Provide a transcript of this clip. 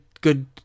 good